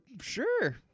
sure